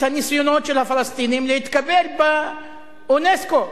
את הניסיונות של הפלסטינים להתקבל לאונסק"ו,